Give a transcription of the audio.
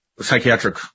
psychiatric